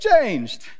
changed